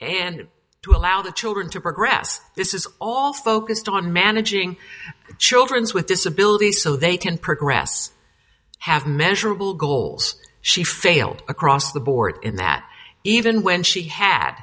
and to allow the children to progress this is all focused on managing children's with disabilities so they can progress have measurable goals she failed across the board in that even when she had